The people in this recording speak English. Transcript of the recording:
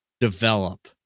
develop